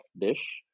dish